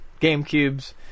GameCubes